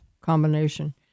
combination